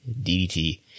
DDT